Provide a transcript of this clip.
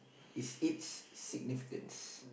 is it's significance